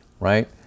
right